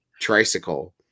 tricycle